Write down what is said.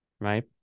Right